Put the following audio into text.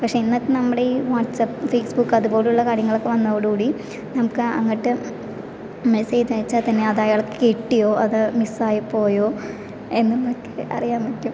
പക്ഷെ ഇന്നത്തെ നമ്മുടെ ഈ വാട്ട്സ്ആപ്പ് ഫേസ്ബുക്ക് അതുപോലുള്ള കാര്യങ്ങളൊക്കെ വന്നതോടുകൂടി നമുക്ക് അങ്ങോട്ട് മെസ്സേജ് അയച്ചാൽ തന്നെ അതയാൾക്ക് കിട്ടിയോ അതോ മിസ്സായിപ്പോയോ എന്നതൊക്കെ അറിയാൻ പറ്റും